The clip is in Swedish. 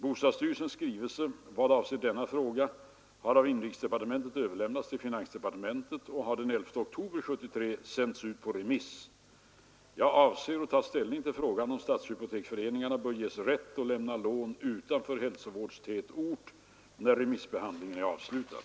Bostadsstyrelsens skrivelse vad avser denna fråga har av inrikesdepartementet överlämnats till finansdepartementet och har den 11 oktober 1973 sänts ut på remiss. Jag avser att ta ställning till frågan, om stadshypoteksföreningarna bör ges rätt att lämna lån utanför hälsovårdstätort, när remissbehandlingen är avslutad.